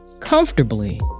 comfortably